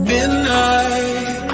Midnight